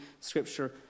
Scripture